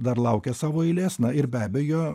dar laukia savo eilės na ir be abejo